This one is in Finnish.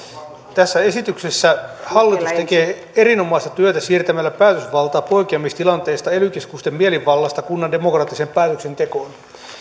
tässä esityksessä hallitus tekee erinomaista työtä siirtämällä päätösvallan poikkeamistilanteista ely keskusten mielivallasta kunnan demokraattiseen päätöksentekoon